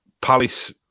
Palace